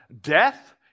death